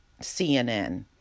CNN